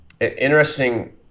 interesting